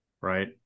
Right